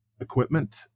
equipment